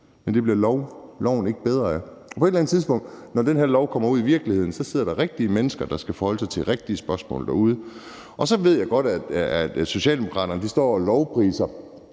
Men det bliver loven ikke bedre af, og på et eller andet tidspunkt, når den her lovgivning kommer ud i virkeligheden, sidder der rigtige mennesker, der skal forholde sig til rigtige spørgsmål derude. Så ved jeg godt, at Socialdemokraterne står og lovpriser,